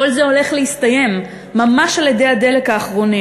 כל זה הולך להסתיים, ממש על אדי הדלק האחרונים,